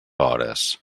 hores